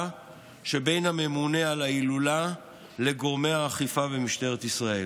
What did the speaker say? בין הממונה על ההילולה לגורמי האכיפה במשטרת ישראל.